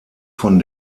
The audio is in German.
von